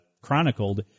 chronicled